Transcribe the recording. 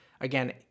again